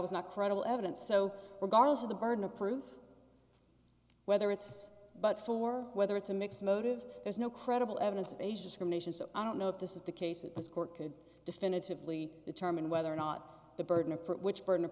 was not credible evidence so regardless of the burden of proof whether it's but for whether it's a mixed motive there's no credible evidence of age discrimination so i don't know if this is the case at this court could definitively determine whether or not the burden of proof which burden of